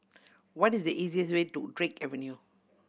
what is the easiest way to Drake Avenue